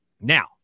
Now